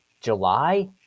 July